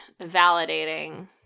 validating